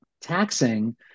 Taxing